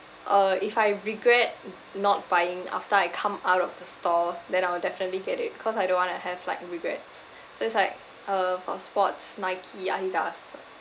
uh if I regret n~ not buying after I come out of the store then I will definitely get it cause I don't want to have like regrets so it's like uh for sports Nike Adidas